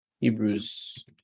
Hebrews